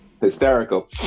Hysterical